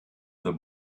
the